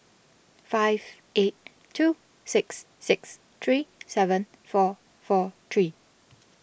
five eight two six six three seven four four three